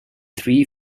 three